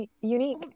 unique